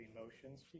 emotions